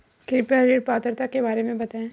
कृपया ऋण पात्रता के बारे में बताएँ?